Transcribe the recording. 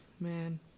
Man